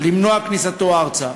למנוע כניסתו ארצה.